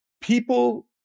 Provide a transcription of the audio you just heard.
people